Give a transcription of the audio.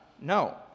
No